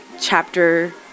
chapter